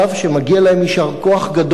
שמגיע להם יישר כוח גדול,